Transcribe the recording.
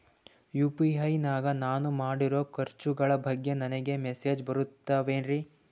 UPI ನಾಗ ನಾನು ಮಾಡಿರೋ ಖರ್ಚುಗಳ ಬಗ್ಗೆ ನನಗೆ ಮೆಸೇಜ್ ಬರುತ್ತಾವೇನ್ರಿ?